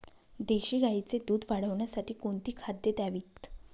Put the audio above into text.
देशी गाईचे दूध वाढवण्यासाठी कोणती खाद्ये द्यावीत?